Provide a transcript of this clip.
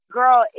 girl